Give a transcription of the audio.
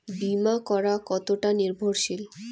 বীমা করা কতোটা নির্ভরশীল?